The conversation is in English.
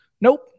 Nope